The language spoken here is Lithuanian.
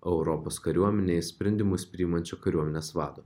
europos kariuomenėje sprendimus priimančio kariuomenės vado